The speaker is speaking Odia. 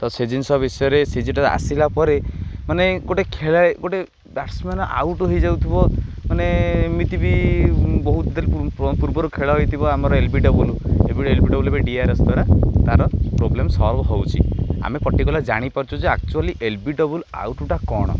ତ ସେ ଜିନିଷ ବିଷୟରେ ସେଜିଟା ଆସିଲା ପରେ ମାନେ ଗୋଟେ ଖେଳା ଗୋଟେ ବ୍ୟାଟ୍ସମ୍ୟାନ୍ ଆଉଟ୍ ହେଇଯାଉଥିବ ମାନେ ଏମିତି ବି ବହୁତ ପୂର୍ବରୁ ଖେଳ ହେଇଥିବ ଆମର ଏଲ ବି ଡବୁଲୁ ଏ ଏଲ ବି ଡବୁଲୁ ଏବେ ଡି ଆର ଏସ୍ ଦ୍ୱାରା ତାର ପ୍ରୋବ୍ଲେମ୍ ସଲ୍ଭ ହଉ ଆମେ ପର୍ଟିିକୁଲାର ଜାଣିପାରୁଛୁ ଯେ ଆକ୍ଚୁଆଲି ଏଲ ବି ଡବୁଲୁ ଆଉଟ୍ଟା କ'ଣ